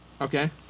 Okay